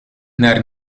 naar